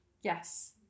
yes